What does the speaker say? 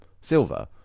silver